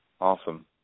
Awesome